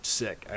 sick